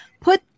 put